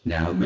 Now